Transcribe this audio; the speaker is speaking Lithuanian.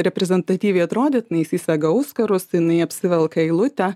reprezentatyviai atrodyt įsisega auskarus tai jinai apsivelka eilutę